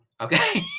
Okay